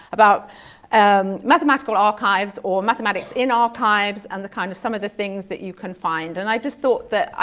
about um mathematical archives or mathematics in archives and the kind of some of the things that you can find. and i just thought that,